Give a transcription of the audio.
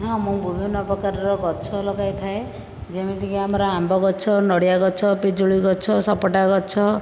ହଁ ମୁଁ ବିଭିନ୍ନ ପ୍ରକାରର ଗଛ ଲଗାଇଥାଏ ଯେମିତିକି ଆମର ଆମ୍ବ ଗଛ ନଡ଼ିଆ ଗଛ ପିଜୁଳି ଗଛ ସେପଟା ଗଛ